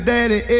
Daddy